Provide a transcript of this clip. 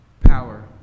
power